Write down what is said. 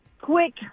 quick